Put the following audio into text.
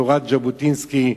תורת ז'בוטינסקי.